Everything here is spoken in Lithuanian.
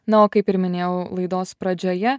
na o kaip ir minėjau laidos pradžioje